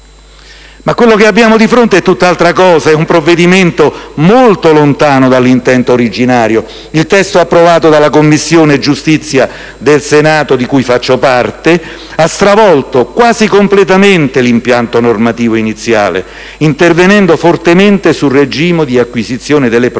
Ma quello che abbiamo di fronte è tutt'altra cosa, un provvedimento molto lontano dall'intento originario. Il testo approvato dalla Commissione giustizia del Senato, di cui faccio parte, ha stravolto quasi completamente l'impianto normativo iniziale, intervenendo fortemente sul regime di acquisizione delle prove.